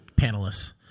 panelists